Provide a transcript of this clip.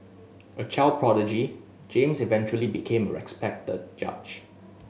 a child prodigy James eventually became a respected judge